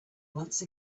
once